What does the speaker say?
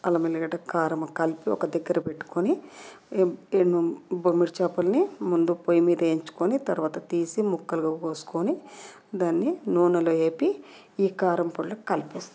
అల్లం ఎల్లిగడ్డ కారం కలిపి ఒక దగ్గర పెట్టుకొని ఈ బొమ్మిడి చేపలని ముందు పొయ్యి మీద వేయించుకొని తర్వాత తీసి ముక్కలుగా కోసుకొని దాన్ని నూనెలో వేపి ఈ కారంపొడులు కలిపేస్తాం